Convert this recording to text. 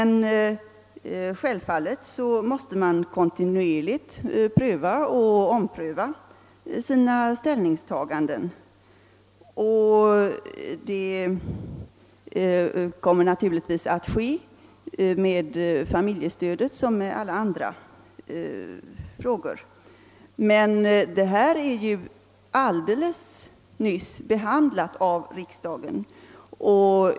Naturligtvis måste man kontinuerligt pröva och ompröva sina ställningstaganden, och det kommer att ske med familjestödet som med alla andra frågor. Detta problem har emellertid helt nyligen behandlats av riksdagen.